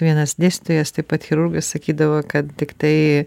vienas dėstytojas taip pat chirurgas sakydavo kad tiktai